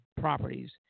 properties